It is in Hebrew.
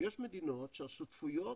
יש מדינות שהשותפויות,